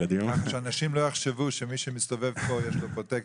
שאנשים לא יחשבו שמי שמסתובב פה יש לו פרוטקציות.